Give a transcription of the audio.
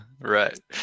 Right